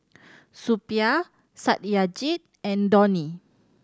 Suppiah Satyajit and Dhoni